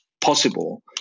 possible